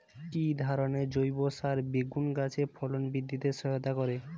কি ধরনের জৈব সার বেগুন গাছে ফলন বৃদ্ধিতে সহায়তা করে?